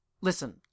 Listen